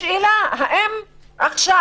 השאלה האם עכשיו,